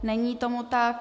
Není tomu tak.